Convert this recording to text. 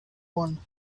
one